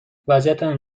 وضعیتم